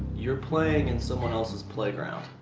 you're playing in someone else's playground.